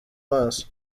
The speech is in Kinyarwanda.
maso